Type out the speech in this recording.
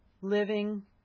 living